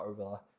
over